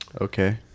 Okay